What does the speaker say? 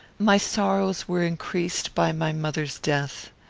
my sorrows were increased by my mother's death,